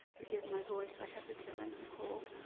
forgive my voice. i have the tail end of a cold.